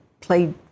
played